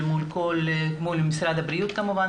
מול משרד הבריאות כמובן,